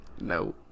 No